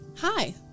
Hi